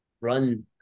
run